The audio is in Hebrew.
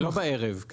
ולא בערב.